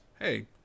Hey